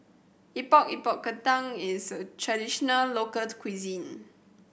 Epok Epok Kentang is a traditional local cuisine